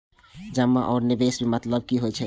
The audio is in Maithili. जमा आ निवेश में मतलब कि होई छै?